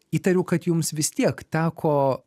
įtariu kad jums vis tiek teko